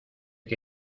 que